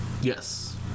yes